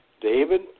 David